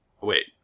Wait